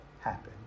happen